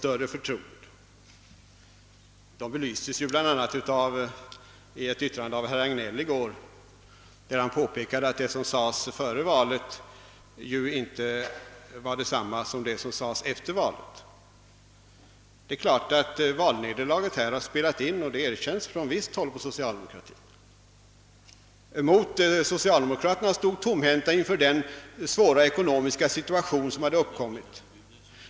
Att det är fråga om en improvisation belystes bl.a. i ett anförande av herr Hagnell i går. Han påpekade att vad som sades från regeringens sida före valet inte var detsamma som det som sades efter valet. Det är klart att valnederlaget spelat in, något som erkänns från visst håll inom socialdemokratin. Under valrörelsen stod regeringspartiet tomhänt inför den svåra ekonomiska situation som uppkommit.